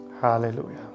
hallelujah